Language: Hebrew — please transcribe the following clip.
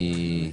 המשרדים.